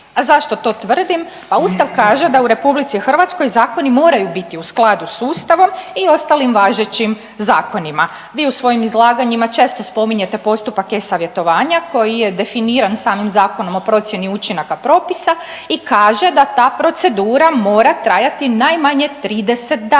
A zašto to tvrdim? A Ustav kaže da u RH zakoni moraju biti u skladu s Ustavnom i ostalim važećim zakonima. Vi u svojim izlaganjima često spominjete postupak e-savjetovanja koji je definiran samim Zakonom o procjeni učinaka propisa i kaže da ta procedura mora trajati najmanje 30 dana.